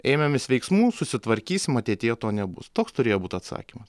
ėmėmės veiksmų susitvarkysim ateityje to nebus toks turėjo būti atsakymas